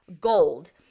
GOLD